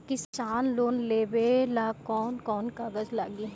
किसान लोन लेबे ला कौन कौन कागज लागि?